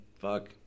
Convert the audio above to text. Fuck